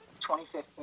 2015